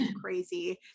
crazy